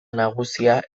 nagusia